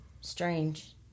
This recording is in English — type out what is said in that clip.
strange